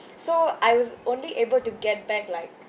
so I was only able to get back like